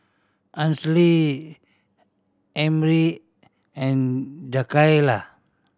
Ansley Emry and Jakayla